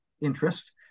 interest